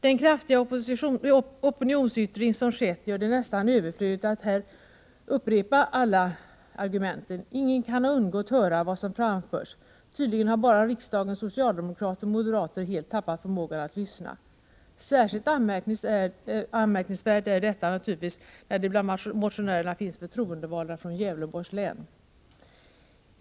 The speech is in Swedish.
Den kraftiga opinionsyttring som skett gör det nästan överflödigt att här upprepa alla argument. Ingen kan ha undgått höra vad som framförts. Tydligen har bara riksdagens socialdemokrater och moderater helt tappat förmågan att lyssna. Särskilt anmärkningsvärt är detta naturligtvis när det bland motionärerna finns förtroendevalda från Gävleborgs län.